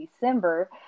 December